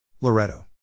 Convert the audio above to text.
Loretto